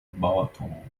bottle